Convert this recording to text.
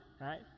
right